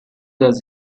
does